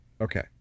Okay